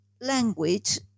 language